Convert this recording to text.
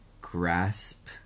grasp